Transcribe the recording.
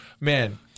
Man